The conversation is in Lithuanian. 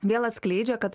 vėl atskleidžia kad